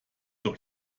doch